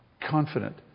confident